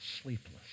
sleepless